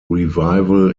revival